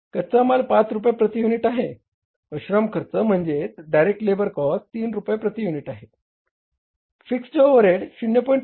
कच्चा माल 5 रुपये प्रती युनिट आहे व श्रम खर्च म्हणजेच डायरेक्ट लेबर कॉस्ट 3 रुपये प्रती युनिट आहे फिक्स्ड ओव्हरहेड्स 0